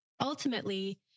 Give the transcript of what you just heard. ultimately